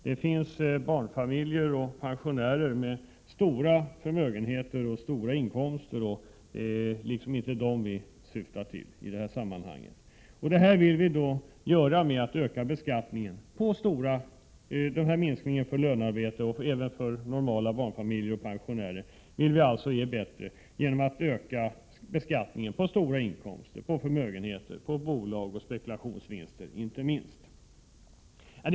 Det finns barnfamiljer och pensionärer med stora förmögenheter och stora inkomster och det är inte dessa vi syftar på i detta sammanhang. Denna minskning av skatten för lönearbetare och för normala barnfamiljer och pensionärer vill vi åstadkomma genom att öka beskattningen på stora inkomster, på förmögenheter, för bolag och inte minst på spekulationsvinster.